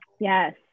Yes